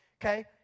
Okay